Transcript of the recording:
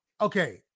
Okay